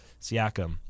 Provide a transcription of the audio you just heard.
Siakam